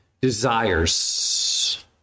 desires